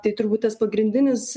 tai turbūt tas pagrindinis